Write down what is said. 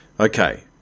Okay